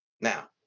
Now